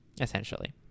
essentially